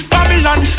Babylon